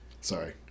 Sorry